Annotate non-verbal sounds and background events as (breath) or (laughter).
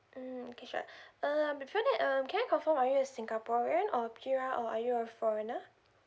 mm okay sure (breath) err before that um can I confirm are you a singaporean or P_R or are you a foreigner